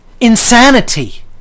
insanity